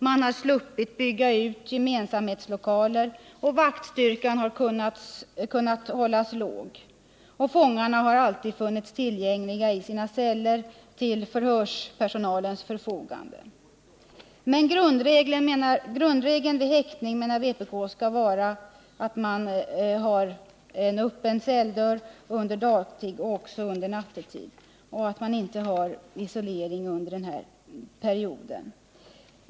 Man har sluppit bygga ut gemensamhetslokaler, och vaktstyrkan har kunnat vara liten. Fångarna har alltid stått till förhörspersonalens förfogande, eftersom de funnits tillgängliga i sina celler. Enligt vpk skall emellertid grundregeln vid häktning vara öppen celldörr såväl under dagen som under natten, så att det inte blir någon isolering under den här perioden.